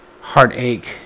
heartache